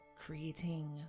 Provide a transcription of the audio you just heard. creating